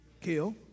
kill